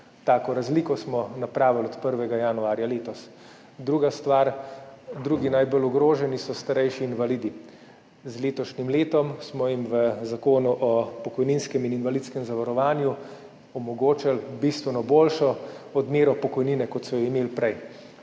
Tako razliko smo naredili od 1. januarja letos. Drugi najbolj ogroženi so starejši invalidi. Z letošnjim letom smo jim v Zakonu o pokojninskem in invalidskem zavarovanju omogočili bistveno boljšo odmero pokojnine, kot so jo imeli prej.